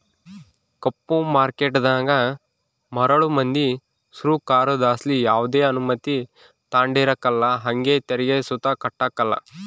ಕಪ್ಪು ಮಾರ್ಕೇಟನಾಗ ಮರುಳು ಮಂದಿ ಸೃಕಾರುದ್ಲಾಸಿ ಯಾವ್ದೆ ಅನುಮತಿ ತಾಂಡಿರಕಲ್ಲ ಹಂಗೆ ತೆರಿಗೆ ಸುತ ಕಟ್ಟಕಲ್ಲ